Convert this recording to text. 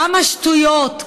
כמה שטויות,